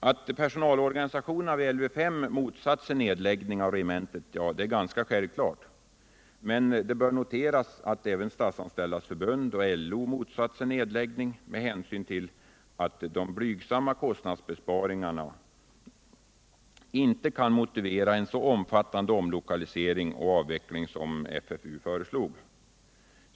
Att personalorganisationerna vid Lv 5 motsatt sig nedläggning av regementet är väl ganska självklart, men det bör noteras att även Statsanställdas förbund och LO motsatt sig nedläggning med hänsyn till att de blygsamma kostnadsbesparingarna inte kan motivera en så omfattande omlokalisering och avveckling som FFU föreslog.